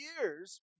years